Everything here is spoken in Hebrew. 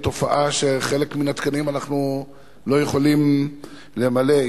בתופעה שחלק מהתקנים אנחנו לא יכולים למלא.